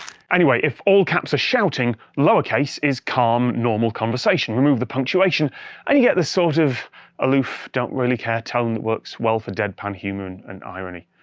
anyway if all caps are shouting, lowercase is calm, normal conversation. remove the punctuation and you get this sort of aloof, don't-really-care tone that works well for deadpan humor and and irony.